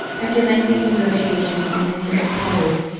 after lengthy negotiations and many pourparlers,